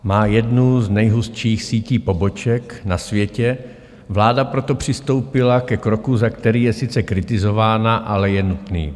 Má jednu z nejhustších sítí poboček na světě, vláda proto přistoupila ke kroku, za který je sice kritizována, ale je nutný.